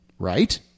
Right